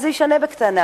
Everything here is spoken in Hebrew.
אז זה ישנה בקטנה.